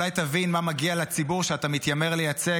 אולי תבין מה מגיע לציבור שאתה מתיימר לייצג,